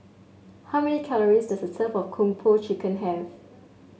how many calories does a serve of Kung Po Chicken have